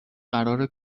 قرار